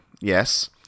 yes